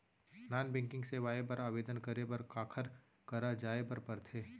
non banking सेवाएं बर आवेदन करे बर काखर करा जाए बर परथे